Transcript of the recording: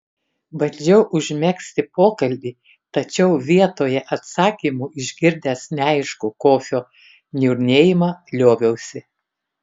bandžiau užmegzti pokalbį tačiau vietoje atsakymų išgirdęs neaiškų kofio niurnėjimą lioviausi